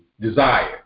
desire